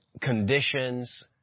conditions